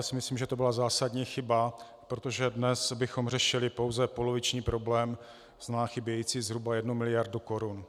Myslím si, že to byla zásadní chyba, protože dnes bychom řešili pouze poloviční problém, tzn. chybějící zhruba 1 miliardu korun.